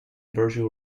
virtual